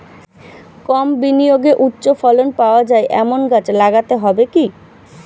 কম বিনিয়োগে উচ্চ ফলন পাওয়া যায় এমন গাছ লাগাতে হবে কি?